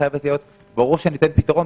חייבת להיות: ברור שניתן פתרון,